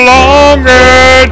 longer